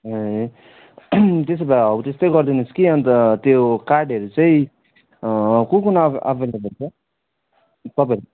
ए त्यसोभए हौ त्यस्तै गरिदिनुहोस् कि अन्त त्यो काठहरू चाहिँ कुन कुन अभ अभाइलेबल छ तपाईँ